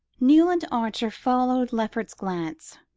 newland archer, following lefferts's glance,